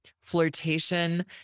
Flirtation